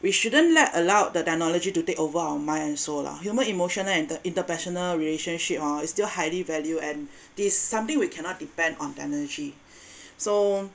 we shouldn't let allowed the technology to take over our mind and soul lah human emotional and the international relationship hor is still highly valued and this is something we cannot depend on technology so